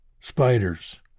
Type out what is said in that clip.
Spiders